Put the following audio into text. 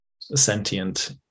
sentient